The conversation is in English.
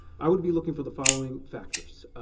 i would be looking for the following factors